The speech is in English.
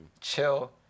chill